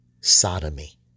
sodomy